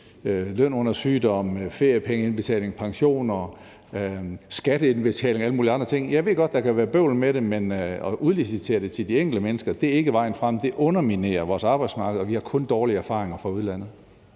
løn under sygdom, feriepengeindbetaling, pension, skatteindbetalinger og alle mulige andre ting, er ikke vejen frem, selv om jeg godt ved, at der kan være bøvl med at gøre det på den anden måde. Det underminerer vores arbejdsmarked, og vi har kun dårlige erfaringer fra udlandet.